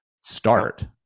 start